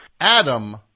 adam